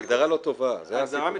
ההגדרה לא טובה, זה הסיפור.